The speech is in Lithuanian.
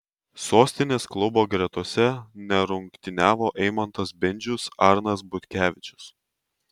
sostinės klubo gretose nerungtyniavo eimantas bendžius arnas butkevičius